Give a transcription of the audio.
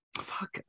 Fuck